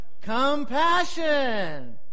Compassion